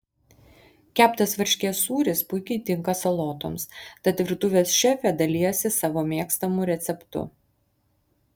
keptas varškės sūris puikiai tinka salotoms tad virtuvės šefė dalijasi savo mėgstamu receptu